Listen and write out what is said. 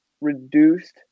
reduced